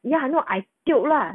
ya I know I tiok lah